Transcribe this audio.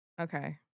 Okay